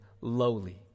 lowly